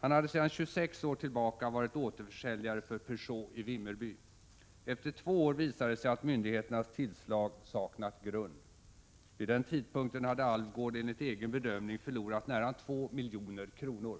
Han hade sedan 26 år tillbaka varit återförsäljare för Peugeot i Vimmerby. Efter två år visade det sig att myndigheternas tillslag saknat grund. Vid den tidpunkten hade Alvgaard enligt egen bedömning förlorat nära 2 milj.kr.